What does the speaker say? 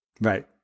Right